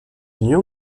union